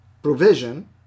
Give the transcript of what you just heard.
provision